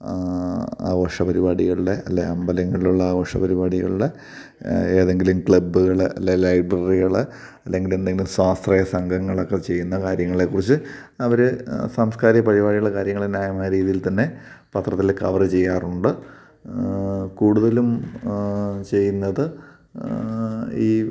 ആഘോഷ പരിപാടികളിലെ അല്ലേൽ അമ്പലങ്ങളിലുള്ള ആഘോഷപരിപാടികളിലെ ഏതെങ്കിലും ക്ലബ്ബുകൾ അല്ലേൽ ലൈബ്രറികൾ അല്ലെങ്കിലെന്തെങ്കിലും സ്വാശ്രയ സംഘങ്ങളൊക്കെ ചെയ്യുന്ന കാര്യങ്ങളെക്കുറിച്ച് അവർ സാംസ്കാരിക പരിപാടികൾ കാര്യങ്ങൾ ന്യായമായ രീതിയിൽ തന്നെ പത്രത്തിൽ കവറ് ചെയ്യാറുണ്ട് കൂടുതലും ചെയ്യുന്നത് ഈ